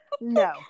No